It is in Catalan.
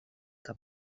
que